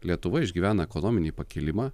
lietuva išgyvena ekonominį pakilimą